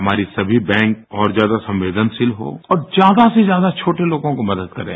हमारी सभी बैंक और ज्यादा संवेदनशील हो और ज्यादा से ज्यादा छोटे लोगों को मदद करें